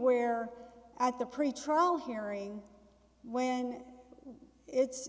where at the pretrial hearing when it's